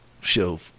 show